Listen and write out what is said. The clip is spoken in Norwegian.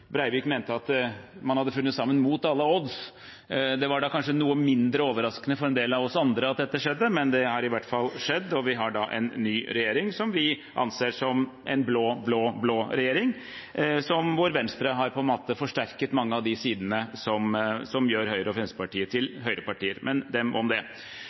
Breivik og representanten Christensen at Breivik mente at man hadde funnet sammen mot alle odds. Det var kanskje noe mindre overraskende for en del av oss andre at dette skjedde, men det har i hvert fall skjedd, og vi har da en ny regjering som vi anser som en blå-blå-blå regjering, hvor Venstre har forsterket mange av de sidene som gjør Høyre og Fremskrittspartiet til høyrepartier. Men dem om det.